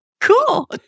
Cool